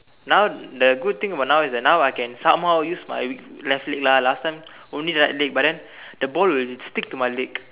now the good thing about now is that now I can somehow use my left leg lah last time only right leg but then the ball will stick to my leg